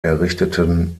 errichteten